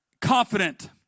confident